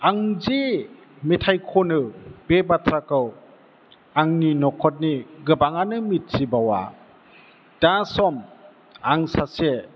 आं जे मेथाइ खनो बे बाथ्राखौ आंनि नखरनि गोबाङानो मिथिबावा दा सम आं सासे